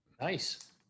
nice